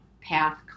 path